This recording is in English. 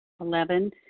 Eleven